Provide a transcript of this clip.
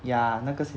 ya 那个